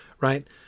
Right